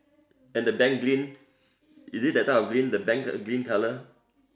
and the bank green is it that type of green the bank green colour